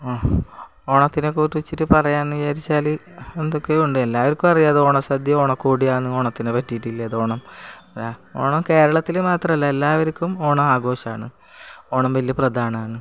ഓണത്തിനെക്കുറിച്ചിട്ട് പറയാൻ എന്നു വിചാരിച്ചാൽ എന്തെക്കൊയോ ഉണ്ട് എല്ലാവർക്കും അറിയാം അതു ഓണ സദ്യ ഓണക്കോടിയാണെന്ന് ഓണത്തിനു പറ്റിയിട്ടുള്ളത് ഓണം ഓണം കേരളത്തിൽ മാത്രമല്ല എല്ലാവർക്കും ഓണാഘോഷമാണ് ഓണം വലിയ പ്രധാനമാണ്